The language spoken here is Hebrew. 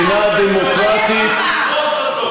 שהכנסת לא תחוקק חוק לא חוקי ובית-המשפט לא יפסול.